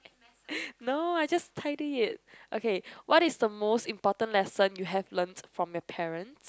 no I just tidied it okay what is the most important lesson you have learnt from your parent